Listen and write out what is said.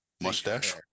mustache